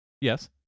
Yes